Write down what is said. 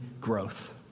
growth